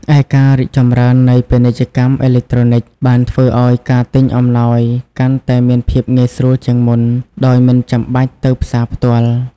ឯការរីកចម្រើននៃពាណិជ្ជកម្មអេឡិចត្រូនិច បានធ្វើឱ្យការទិញអំណោយកាន់តែមានភាពងាយស្រួលជាងមុន ដោយមិនចាំបាច់ទៅផ្សារផ្ទាល់។